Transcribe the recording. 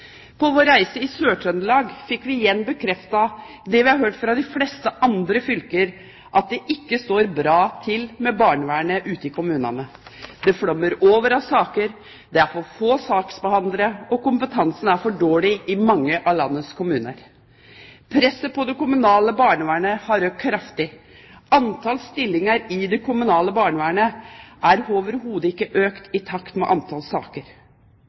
På vår reise i Sør-Trøndelag fikk vi igjen bekreftet det vi har hørt fra de fleste andre fylker, at det ikke står bra til med barnevernet ute i kommunene. Det flommer over av saker, det er for få saksbehandlere, og kompetansen er for dårlig i mange av landets kommuner. Presset på det kommunale barnevernet har økt kraftig. Antall stillinger i det kommunale barnevernet har overhodet ikke økt i takt med antall saker.